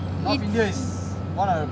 it's